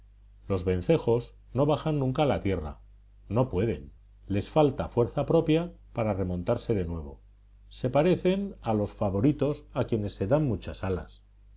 los vencejos no bajan nunca a la tierra no pueden les falta fuerza propia para remontarse de nuevo se parecen a los favoritos a quienes se dan muchas alas